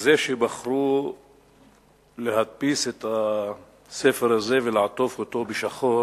בזה שבחרו להדפיס את הספר הזה ולעטוף אותו בשחור